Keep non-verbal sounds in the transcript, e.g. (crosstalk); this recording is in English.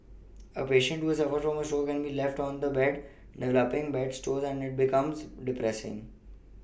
(noise) a patient who has suffered a stroke can be left on the bed develoPing bed sores and it becomes depressing (noise)